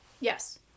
Yes